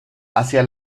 hacia